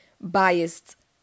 biased